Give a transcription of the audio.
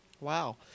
Wow